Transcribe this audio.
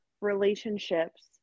relationships